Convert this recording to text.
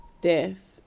death